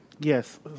Yes